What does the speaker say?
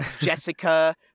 Jessica